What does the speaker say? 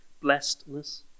blessedness